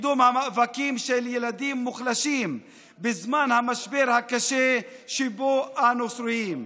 בקידום המאבקים למען ילדים מוחלשים בזמן המשבר הקשה שבו אנחנו שרויים.